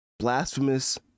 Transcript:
blasphemous